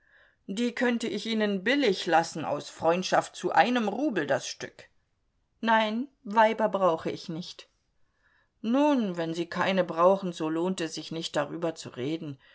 die könnte ich ihnen billig lassen aus freundschaft zu einem rubel das stück nein weiber brauche ich nicht nun wenn sie keine brauchen so lohnt es sich nicht darüber zu reden